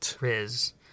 Riz